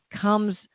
comes